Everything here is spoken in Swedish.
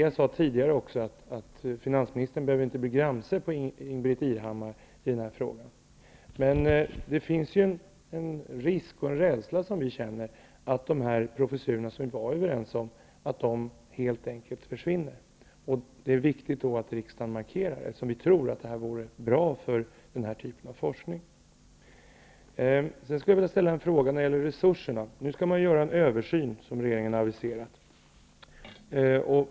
Jag sade tidigare att finansministern inte behöver bli gramse på Ingbritt Irhammar i denna fråga. Men vi känner en rädsla för att dessa professurer, som vi ändå varit överens om, helt enkelt försvinner. Det är viktigt att riksdagen markerar det. Vi tror att det vore bra för den här typen av forskning. Sedan skulle jag vilja ställa en fråga om resurser. Nu skall det göras en översyn, som regeringen har aviserat.